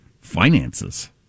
Finances